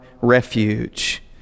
refuge